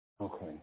Okay